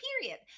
period